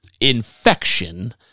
infection